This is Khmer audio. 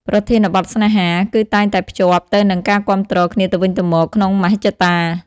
ប្រធានបទស្នេហា គឺតែងតែភ្ជាប់ទៅនឹងការគាំទ្រគ្នាទៅវិញទៅមកក្នុងមហិច្ឆតា